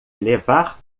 levar